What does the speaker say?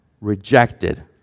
rejected